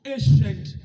Ancient